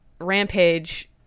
rampage